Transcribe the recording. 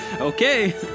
Okay